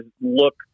look